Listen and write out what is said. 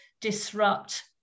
disrupt